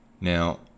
Now